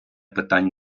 питань